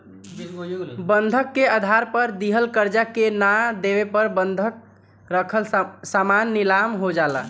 बंधक के आधार पर दिहल कर्जा के ना देवे पर बंधक रखल सामान नीलाम हो जाला